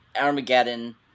Armageddon